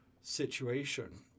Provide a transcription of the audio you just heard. situation